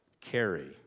carry